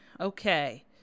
Okay